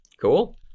Cool